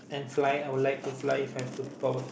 flying I would like to fly if I have superpowers